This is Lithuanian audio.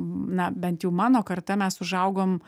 na bent jau mano karta mes užaugom